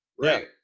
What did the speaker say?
Right